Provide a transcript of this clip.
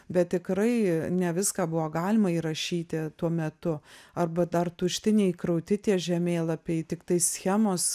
bet tikrai ne viską buvo galima įrašyti tuo metu arba dar tušti neįkrauti tie žemėlapiai tiktai schemos